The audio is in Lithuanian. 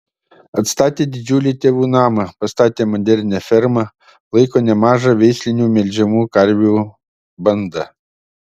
atstatė didžiulį tėvų namą pastatė modernią fermą laiko nemažą veislinių melžiamų karvių bandą